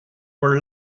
were